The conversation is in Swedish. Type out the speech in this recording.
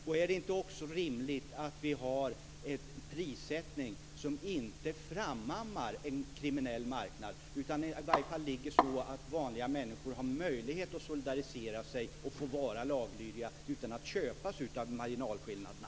Och är det inte också rimligt att vi har en prissättning som inte leder till en kriminell marknad utan är sådan att vanliga människor har möjlighet att solidarisera sig och vara laglydiga utan att så att säga köpas av marginalskillnaderna?